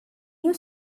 you